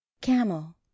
Camel